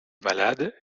malade